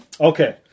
Okay